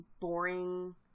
boring